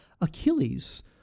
Achilles